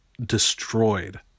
destroyed